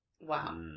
Wow